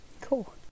Cool